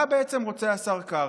מה בעצם רוצה השר קרעי?